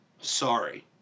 Sorry